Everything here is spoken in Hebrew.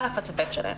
על אף הספק שלהם.